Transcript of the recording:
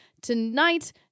tonight